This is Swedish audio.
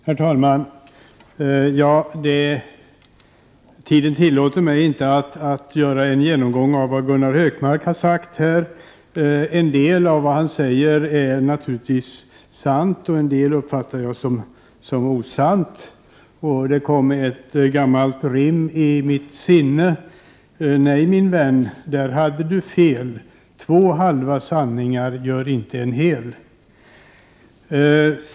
Herr talman! Tiden tillåter mig inte att göra en genomgång av vad Gunnar Hökmark har sagt. En del av vad han yttrade är naturligtvis sant, men en del uppfattar jag som osant. Jag kommer att tänka på ett gammalt rim: Nej, min vän, där hade du fel, två halva sanningar gör inte en hel.